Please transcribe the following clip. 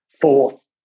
Fourth